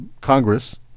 Congress